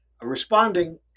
Responding